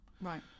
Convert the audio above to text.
Right